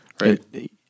Right